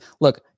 Look